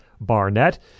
Barnett